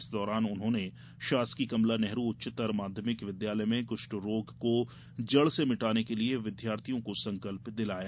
इस दौरान उन्होंने शासकीय कमला नेहरू उच्चतर माध्यमिक विद्यालय में कुष्ठ रोग को जड़ से मिटाने के लिए विद्यार्थियों को संकल्प दिलाया